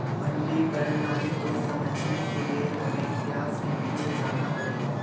मंडी प्रणाली को समझने के लिए हमें इतिहास में पीछे जाना पड़ेगा